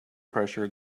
pressure